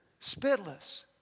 spitless